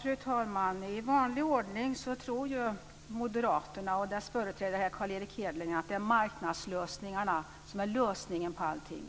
Fru talman! I vanlig ordning tror Moderaterna och dess företrädare här, Carl Erik Hedlund, att marknadslösningarna är lösningen på allting.